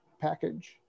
package